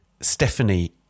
Stephanie